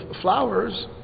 flowers